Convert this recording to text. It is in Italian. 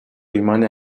rimane